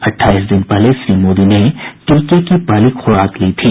अट्ठाईस दिन पहले श्री मोदी ने टीके की पहली ख़्राक ली थी